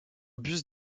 bus